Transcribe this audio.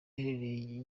iherereye